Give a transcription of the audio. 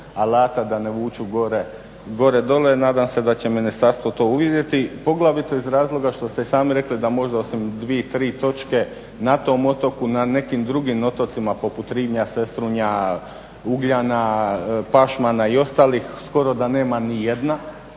da ne vuču gore, dolje. Nadam se da će ministarstvo to uviditi, poglavito iz razloga što ste sami rekli da možda osim 2, 3 točke na tom otoku na nekim drugim otocima poput Ribnjaka, Sestrunja, Ugljana, Pašmana i ostalih skoro da nema nijedna,